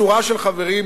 שורה של חברים,